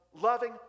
loving